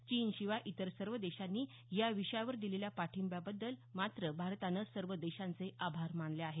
चीनशिवाय इतर सर्व देशांनी या विषयावर दिलेल्या पाठिंब्याबद्दल भारतानं सर्व देशांचे आभार मानले आहेत